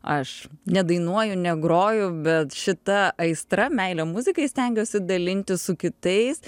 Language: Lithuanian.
aš nedainuoju negroju bet šita aistra meile muzikai stengiuosi dalintis su kitais